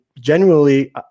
genuinely